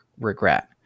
regret